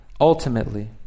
ultimately